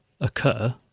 occur